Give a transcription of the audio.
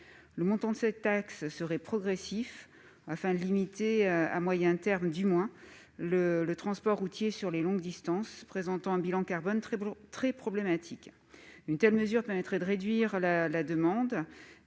Le montant de cette taxe serait progressif afin de limiter, à moyen terme du moins, l'emploi du transport routier sur de longues distances, dans la mesure où il présente un bilan carbone très problématique. Une telle mesure permettrait de réduire la demande